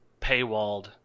paywalled